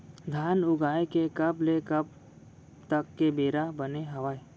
धान उगाए के कब ले कब तक के बेरा बने हावय?